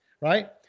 right